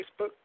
Facebook